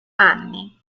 anni